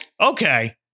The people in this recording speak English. Okay